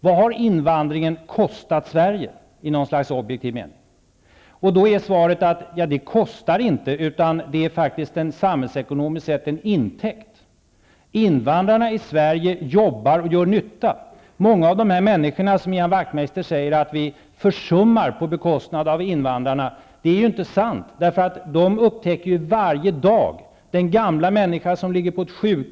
Vad har invandringen kostat Sverige i objektiv mening? Då är svaret att invandringen inte för med sig någon kostnad, utan den är faktiskt en samhällsekonomisk intäkt. Invandrarna i Sverige jobbar och gör nytta. Många av de människor som Ian Wachtmeister säger att vi försummar på bekostnad av invandrarna -- det är ju inte sant -- upptäcker varje dag att de har glädje av de invandrare som finns i Sverige.